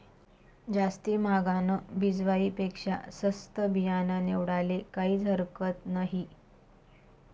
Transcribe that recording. जास्ती म्हागानं बिजवाई पेक्शा सस्तं बियानं निवाडाले काहीज हरकत नही